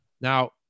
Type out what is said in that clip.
Now